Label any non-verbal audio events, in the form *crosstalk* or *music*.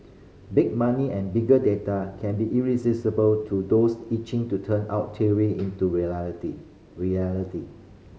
big money and bigger data can be irresistible to those itching to turn theory into *unintelligible* reality